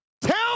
Tell